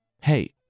Hey